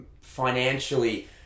financially